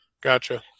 Gotcha